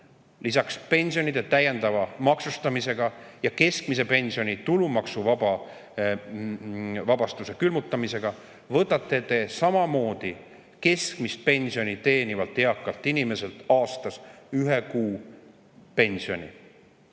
lisaks pensionide täiendava maksustamisega ja keskmise pensioni tulumaksuvabastuse külmutamisega keskmist pensioni teenivalt eakalt inimeselt aastas ühe kuu pensioni.